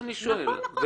נכון.